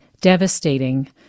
devastating